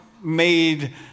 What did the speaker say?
made